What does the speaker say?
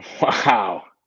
Wow